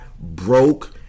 broke